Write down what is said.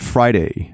Friday